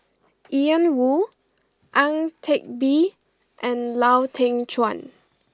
Ian Woo Ang Teck Bee and Lau Teng Chuan